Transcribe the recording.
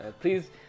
Please